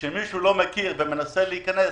כשמישהו לא מכיר ומנסה להיכנס,